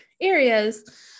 areas